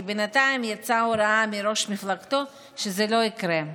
כי בינתיים יצאה הוראה מראש מפלגתו שזה לא יקרה.